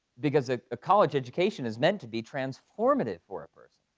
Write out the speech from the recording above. because ah a college education is meant to be transformative for a person.